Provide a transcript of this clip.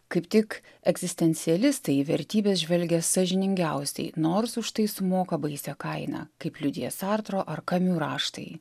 kaip tik egzistencialistai vertybės žvelgia sąžiningiausiai nors už tai sumoka baisią kainą kaip liudija sartro ar kamiu raštai